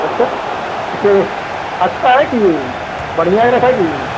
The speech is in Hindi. अच्छा ठीक अच्छा है कि बढ़िया रेट है कि